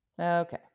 Okay